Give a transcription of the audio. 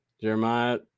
jeremiah